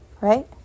Right